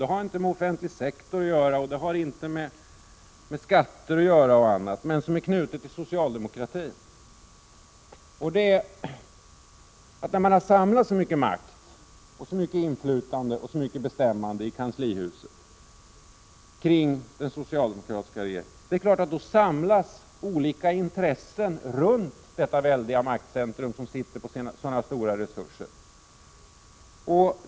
Det har inte med offentlig sektor, skatter och liknande att göra, utan det är knutet till själva socialdemokratin. När man har samlat så mycket makt, inflytande och bestämmande i kanslihuset kring den socialdemokratiska regeringen, då samlas naturligtvis olika intressen runt detta väldiga maktcentrum med så stora resurser.